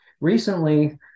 Recently